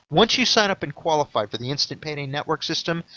once you sign up and qualify for the instant payday network system,